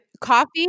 coffee